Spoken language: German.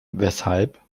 weshalb